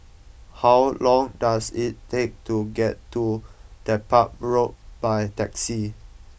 how long does it take to get to Dedap Road by taxi